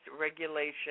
regulation